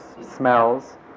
smells